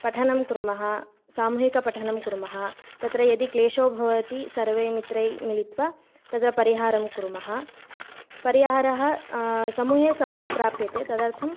पठनं कुर्मः सामूहिकपठनं कुर्मः तत्र यदि क्लेशो भवति सर्वैः मित्रैः मिलित्वा तत्र परिहारं कुर्मः परिहारः समूहे सम्यक् प्राप्यते तदर्थं